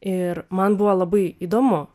ir man buvo labai įdomu